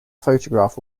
photograph